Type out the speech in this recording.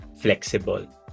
flexible